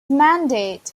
mandate